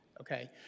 okay